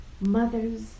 Mothers